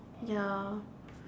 ya